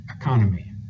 economy